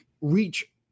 reach